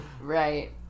right